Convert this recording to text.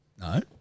No